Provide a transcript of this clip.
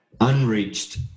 Unreached